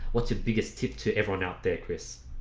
what's the biggest tip to everyone out there chris?